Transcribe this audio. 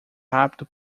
rápido